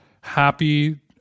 happy